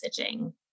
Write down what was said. messaging